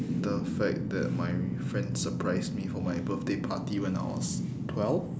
the fact that my friend surprised me for my birthday party when I was twelve